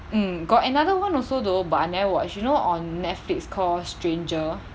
mm got another [one] also though but I never watch you know on Netflix called stranger